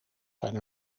zijn